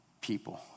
people